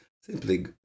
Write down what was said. Simply